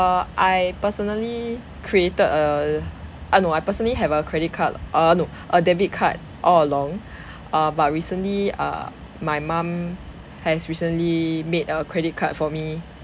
err I personally created a uh no I personally have a credit card uh no a debit card all along err but recently err my mum has recently made a credit card for me